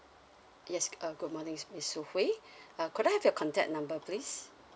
yes uh good morning miss shu hwei uh could I have your contact number please